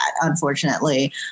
unfortunately